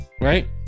Right